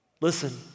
Listen